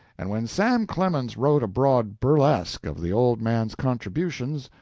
and when sam clemens wrote abroad burlesque of the old man's contributions,